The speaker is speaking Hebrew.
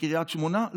בקריית שמונה?